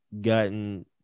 gotten